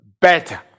better